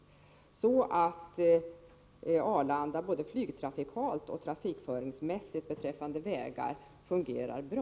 Det är viktigt att Arlanda både flygtrafikalt och vägtrafikföringsmässigt fungerar bra.